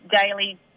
daily